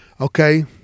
okay